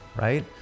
right